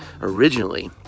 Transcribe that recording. originally